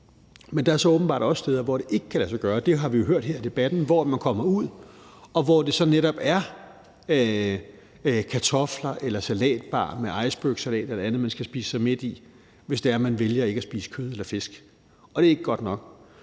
men der er så åbenbart også steder, hvor det ikke kan lade sig gøre – det har vi jo hørt her i debatten – hvor man kommer ud, og hvor det så netop er kartofler eller salatbar med icebergsalat eller andet, man skal spise sig mæt i, hvis det er, man vælger ikke at spise kød eller fisk. Og det er ikke godt nok.